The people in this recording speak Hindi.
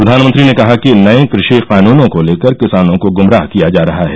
प्रधानमंत्री ने कहा कि नये कृषि कानूनों को लेकर किसानों को ग्मराह किया जा रहा है